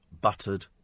buttered